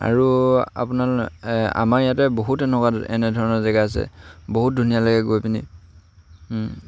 আৰু আপোনাৰ আমাৰ ইয়াতে বহুত এনেকুৱা এনেধৰণৰ জেগা আছে বহুত ধুনীয়া লাগে গৈ পিনি